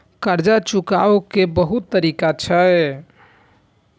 कर्जा चुकाव के बहुत तरीका छै?